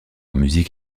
musique